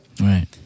Right